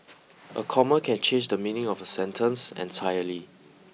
a comma can change the meaning of a sentence entirely